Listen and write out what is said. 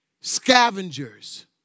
Scavengers